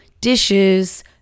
dishes